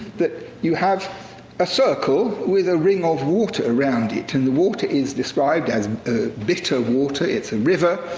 that you have a circle with a ring of water around it. and the water is described as a bitter water, it's a river.